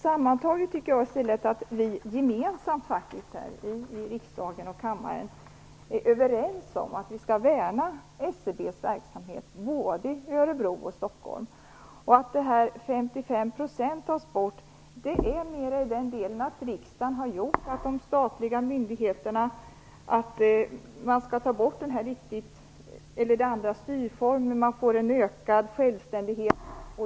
Sammantaget kan man väl säga att vi i riksdagen är överens om att vi skall värna SCB:s verksamhet i både Örebro och Stockholm. Att 55 % tas bort har mer att göra med att det för statliga myndigheter nu är fråga om andra styrformer och en ökad självständighet.